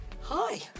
Hi